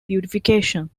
purification